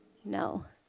no.